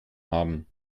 haben